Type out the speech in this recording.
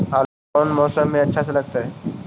आलू कौन मौसम में अच्छा से लगतैई?